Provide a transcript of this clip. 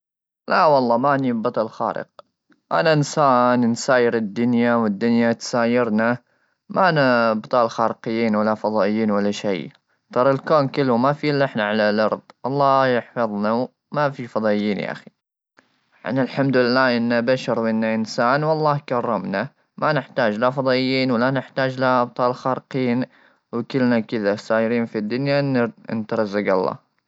لا والله ماني بطل خارق ,انا انسان نساير الدنيا والدنيا تساير ما انا بطال خارقين ولا فضائيين ولا شيء ,ترى الكون كله ما في الا احنا على الارض الله يحفظنا ما في فضائيين يا اخي انا الحمد لله ان بشر ان انسان والله كرمنا ما نحتاج لا فضائيين ولا نحتاج لابطال الخارقين ,وكلنا كذا صايرين في الدنيا انت رزق الله.